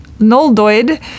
Noldoid